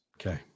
Okay